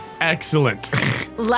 Excellent